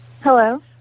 Hello